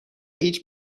هیچ